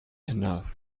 enough